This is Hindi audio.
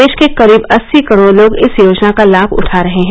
देश के करीब अस्सी करोड़ लोग इस योजना का लाभ उठा रहे हैं